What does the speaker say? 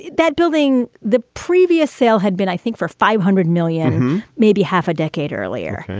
that building the previous sale had been, i think, for five hundred million, maybe half a decade earlier.